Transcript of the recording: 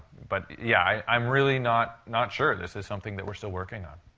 but, yeah, i'm really not not sure. this is something that we're still working on.